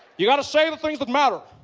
you've got to say the things that matter